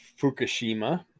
Fukushima